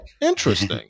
interesting